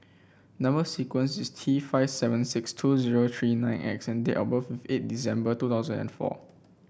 number sequence is T five seven six two zero three nine X and date of birth is eight December two thousand and four